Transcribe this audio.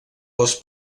les